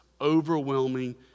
overwhelming